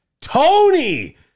Tony